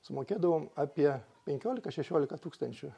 sumokėdavom apie penkiolika šešiolika tūkstančių